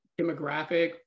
demographic